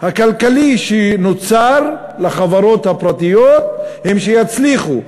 הכלכלי שנוצר לחברות הפרטיות הוא שיצליחו.